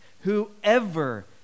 whoever